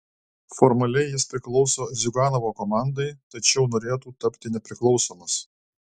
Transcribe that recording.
formaliai jis priklauso ziuganovo komandai tačiau norėtų tapti nepriklausomas